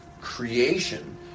creation